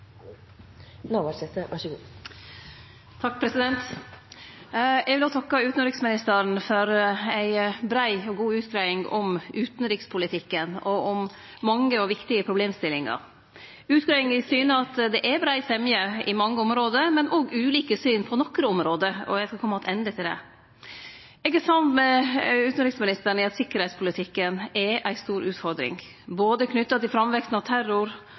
vil òg takke utanriksministeren for ei brei og god utgreiing om utanrikspolitikken og om mange og viktige problemstillingar. Utgreiinga syner at det er brei semje på mange område, men òg ulike syn på nokre område – og eg skal kome attende til det. Eg er samd med utanriksministeren i at sikkerheitspolitikken er ei stor utfordring, både knytt til framveksten av terror,